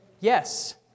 yes